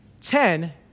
ten